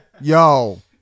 yo